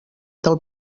del